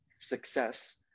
success